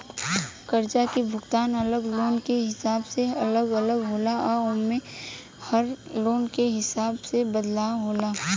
कर्जा के भुगतान अलग लोन के हिसाब से अलग अलग होला आ एमे में हर लोन के हिसाब से बदलाव होला